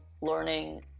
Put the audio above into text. learning